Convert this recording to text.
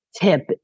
tip